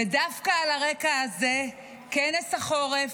ודווקא על הרקע הזה כנס החורף,